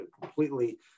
completely